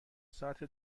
ساعت